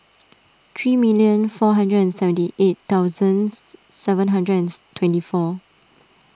three million four hundred and seventy eight thousands seven hundred and twenty four